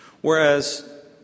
Whereas